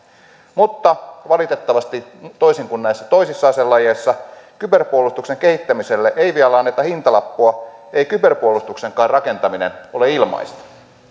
mutta valitettavasti toisin kuin näissä toisissa aselajeissa kyberpuolustuksen kehittämiselle ei vielä anneta hintalappua ei kyberpuolustuksenkaan rakentaminen ole ilmaista